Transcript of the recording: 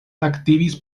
aktivis